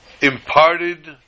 imparted